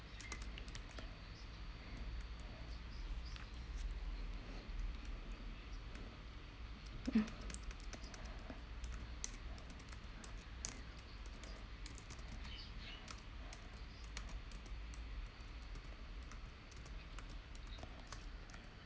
mm